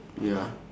ya